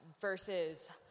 versus